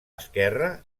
esquerra